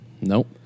nope